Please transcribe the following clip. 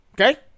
Okay